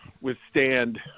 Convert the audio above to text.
withstand